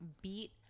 beat